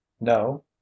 No